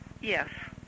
Yes